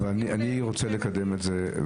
אני רוצה לקדם את זה.